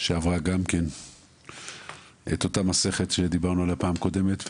שעברה את אותה מסכת עליה דיברנו בפעם הקודמת.